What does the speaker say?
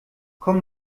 komm